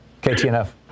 KTNF